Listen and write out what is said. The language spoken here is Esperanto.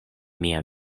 mia